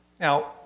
Now